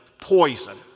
poison